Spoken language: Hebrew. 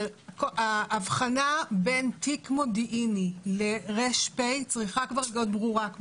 האבחנה בין תיק מודיעיני לר.פ צריכה כבר להיות ברורה.